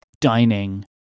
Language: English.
dining